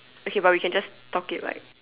okay but we can just talk it like